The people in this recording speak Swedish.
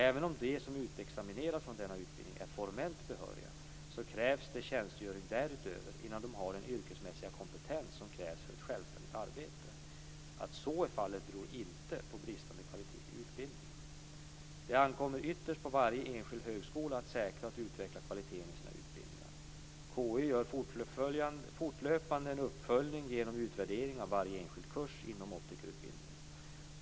Även om de som utexamineras från denna utbildning är formellt behöriga, så krävs det tjänstgöring därutöver innan de har den yrkesmässiga kompetens som krävs för självständigt arbete. Att så är fallet beror inte på bristande kvalitet i utbildningen. Det ankommer ytterst på varje enskild högskola att säkra och utveckla kvaliteten i sina utbildningar. KI gör fortlöpande en uppföljning genom utvärdering av varje enskild kurs inom optikerutbildningen.